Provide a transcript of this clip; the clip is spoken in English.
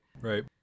right